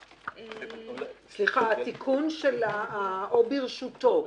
התיקון של "או ברשותו"